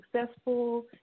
successful